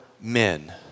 men